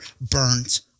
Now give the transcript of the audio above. burnt